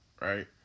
right